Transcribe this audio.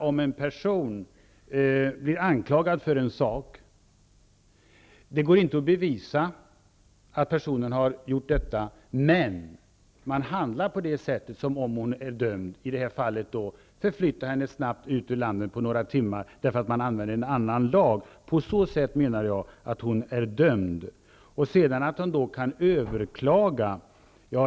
Om en person blir anklagad för en sak och det inte går att bevisa att personen har gjort detta, men man handlar som om hon vore dömd -- i detta fall att snabbt förflytta henne ur landet genom att använda en annan lag -- anser jag att hon är dömd. Birgit Friggebo säger att denna person kan överklaga.